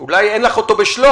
אולי אין לך אותו בשלוף,